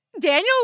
Daniel